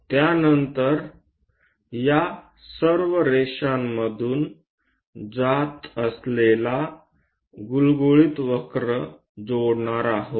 त्यानंतर या सर्व रेषांमधून जात असलेल्या गुळगुळीत वक्र जोडणार आहोत